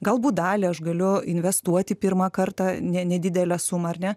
galbūt dalį aš galiu investuoti pirmą kartą ne nedidelę sumą ar ne